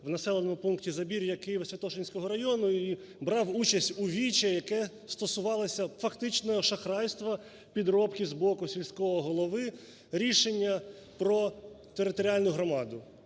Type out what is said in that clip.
в населеному пунктіЗабір'я Києво-Святошинського району і брав участь у віче, яке стосувалося фактично шахрайства, підробки з боку сільського голови, рішення про територіальну громаду.